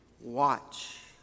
watch